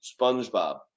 Spongebob